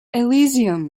elysium